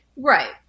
Right